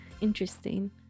Interesting